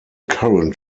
current